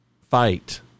fight